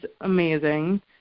amazing